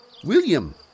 William